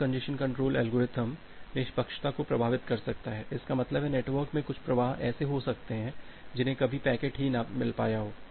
खराब congestion control algorithm निष्पक्षता को प्रभावित कर सकता है इसका मतलब है नेटवर्क में कुछ प्रवाह ऐसे हो सकते हैं जिन्हें कभी पैकेट ही ना मिल पाया हो